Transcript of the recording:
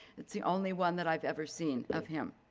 it's the only one that i've ever seen of him.